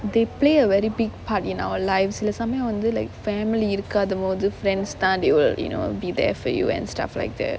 they play a very big part in our lives சில சமயம் வந்து:sila samayam vanthu like family இருக்காத போது:irukkaatha pothu friends தான்:thaan they will you know be there for you and stuff like that